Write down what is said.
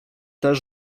też